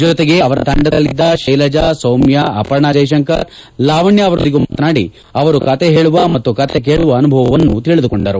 ಜೊತೆಗೆ ಅವರ ತಂಡದಲ್ಲಿದ್ದ ಶೈಲಜಾ ಸೌಮ್ಯ ಅಪರ್ಣಾ ಜೈಶಂಕರ್ ಲಾವಣ್ಣ ಅವರೊಂದಿಗೂ ಮಾತನಾಡಿ ಅವರು ಕತ ಹೇಳುವ ಮತ್ತು ಕತೆ ಕೇಳುವ ಅನುಭವವನ್ನು ತಿಳಿದುಕೊಂಡರು